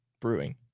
Brewing